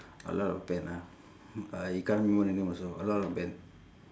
a lot of band ah I can't remember the name also a lot of band